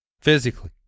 physically